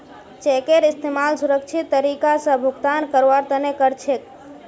चेकेर इस्तमाल सुरक्षित तरीका स भुगतान करवार तने कर छेक